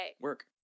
Work